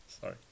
Sorry